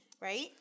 right